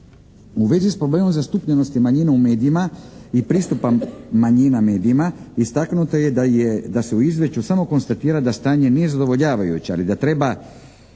U vezi s problemom zastupljenosti manjina u medijima i pristupa manjina medijima istaknuto je da je, da se u Izvješću samo konstatira da stanje nije zadovoljavajuće ali da treba,